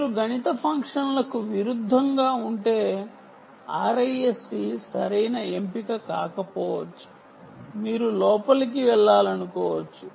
మీరు గణిత ఫంక్షన్లకు విరుద్ధంగా ఉంటే RISC సరైన ఎంపిక కాకపోవచ్చు మీరు లోపలికి వెళ్లాలనుకోవచ్చు